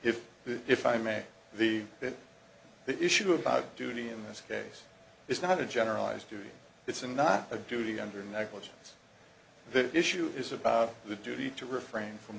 the if i may the issue about duty in this case is not a generalized duty it's a not a duty under negligence the issue is about the duty to refrain from